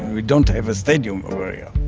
we don't have a stadium over yeah